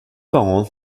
parents